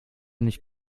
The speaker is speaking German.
nicht